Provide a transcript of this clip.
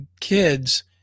kids